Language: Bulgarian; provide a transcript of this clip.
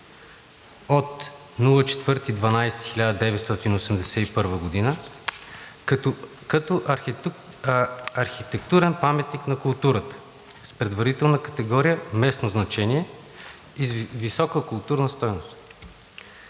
декември 1981 г. като архитектурен паметник на културата с предварителна категория „местно значение“ и с висока културна стойност.